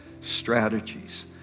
strategies